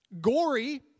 Gory